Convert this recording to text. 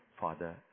Father